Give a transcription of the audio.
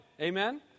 Amen